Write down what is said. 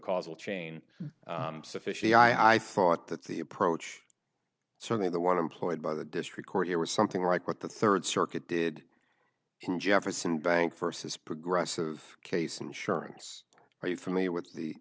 causal chain sufficiently i thought that the approach certainly the want to employed by the district court it was something like what the third circuit did in jefferson bank versus progressive case insurance are you familiar with the